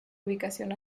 ubicación